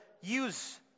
use